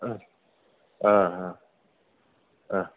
ಹ್ಞೂ ಹಾಂ ಹಾಂ ಹಾಂ